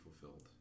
fulfilled